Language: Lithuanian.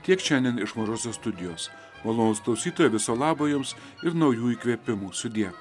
tiek šiandien iš mažosios studijos malonūs klausytojai viso labo jums ir naujų įkvėpimų sudie